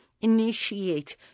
initiate